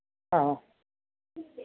ആ